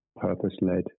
purpose-led